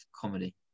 comedy